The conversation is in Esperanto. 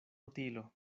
utilo